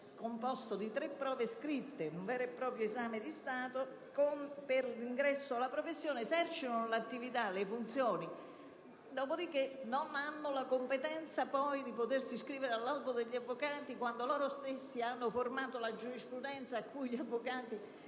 composto di tre prove scritte (un vero e proprio esame di Stato) per l'ingresso alla professione: esercitano l'attività e le funzioni, ma non hanno la competenza per iscriversi all'albo degli avvocati, quando loro stessi hanno formato la giurisprudenza a cui gli avvocati